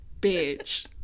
Bitch